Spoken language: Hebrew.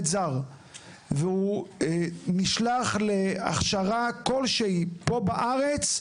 זר והוא נשלח להכשרה כלשהי פה בארץ,